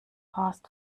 fast